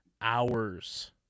hours